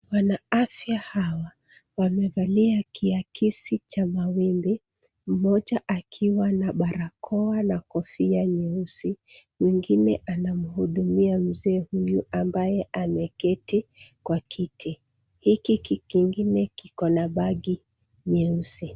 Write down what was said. Wanaafya hawa wamevalia kiakisi cha mawimbi mmoja akiwa na barakoa na kofia nyeusi mwingine anamhudumia mzee huyu ambaye ameketi kwa kiti. Hiki kingine kiko na bagi nyeusi.